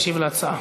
ישיב על ההצעה.